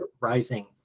rising